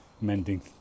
mending